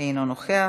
אינו נוכח.